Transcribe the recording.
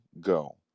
go